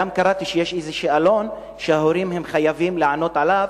קראתי גם שיש איזה שאלון שההורים חייבים לענות עליו.